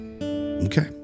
Okay